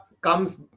comes